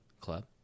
Club